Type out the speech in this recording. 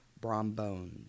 Brombones